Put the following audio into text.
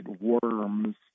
worms